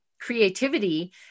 creativity